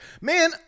man